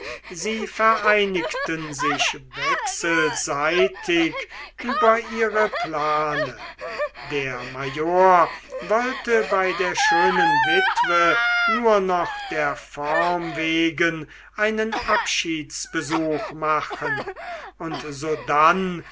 sie vereinigten sich wechselseitig über ihre plane der major wollte bei der schönen witwe nur noch der form wegen einen abschiedsbesuch machen und sodann